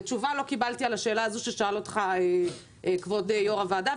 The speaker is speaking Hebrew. ותשובה לא קיבלתי על השאלה הזו ששאל אותך כבוד יו"ר הוועדה,